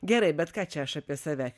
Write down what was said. gerai bet ką čia aš apie save